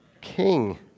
king